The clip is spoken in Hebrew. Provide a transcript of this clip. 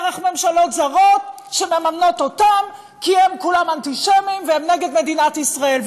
כי ממשלות זרות מממנות אותם כי הם כולם אנטישמיים והם נגד מדינת ישראל.